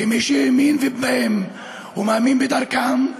כמי שהאמין בהם ומאמין בדרכם,